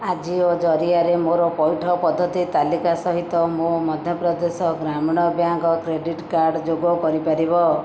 ଆଜିଓ ଜରିଆରେ ମୋର ପଇଠ ପଦ୍ଧତି ତାଲିକା ସହିତ ମୋ ମଧ୍ୟପ୍ରଦେଶ ଗ୍ରାମୀଣ ବ୍ୟାଙ୍କ୍ କ୍ରେଡ଼ିଟ୍ କାର୍ଡ଼୍ ଯୋଗ କରିପାରିବ